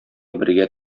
бергә